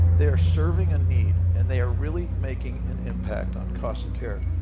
they are serving a need, and they are really making an impact on cost of care.